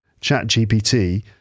ChatGPT